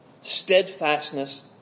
steadfastness